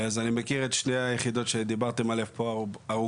אני מכיר מצוין את שתי היחידות שדיברתם עליהם פה ארוכות,